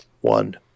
one